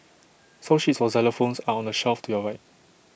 song sheets for xylophones are on the shelf to your right